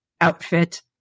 outfit